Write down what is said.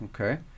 Okay